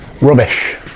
Rubbish